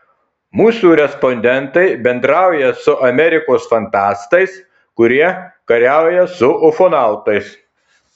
mūsų respondentai bendrauja su amerikos fantastais kurie kariauja su ufonautais